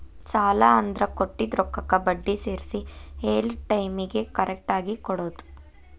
ಸಾಲ ಅಂದ್ರ ಕೊಟ್ಟಿದ್ ರೊಕ್ಕಕ್ಕ ಬಡ್ಡಿ ಸೇರ್ಸಿ ಹೇಳಿದ್ ಟೈಮಿಗಿ ಕರೆಕ್ಟಾಗಿ ಕೊಡೋದ್